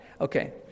okay